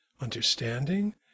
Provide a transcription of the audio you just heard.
understanding